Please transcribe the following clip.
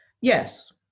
Yes